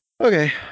Okay